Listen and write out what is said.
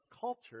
culture